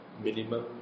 minimum